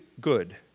good